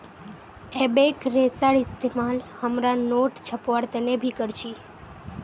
एबेक रेशार इस्तेमाल हमरा नोट छपवार तने भी कर छी